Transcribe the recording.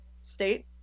state